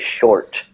short